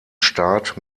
staat